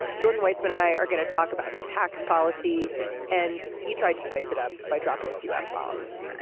jordan weisman and i are going to talk about tax policy and he tried to spice it up by dropping a few f bombs.